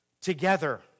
together